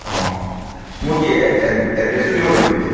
অঁ মোৰ কি এড্ৰেছটোও দিব লাগিব নেকি